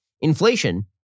inflation